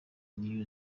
new